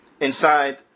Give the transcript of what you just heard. inside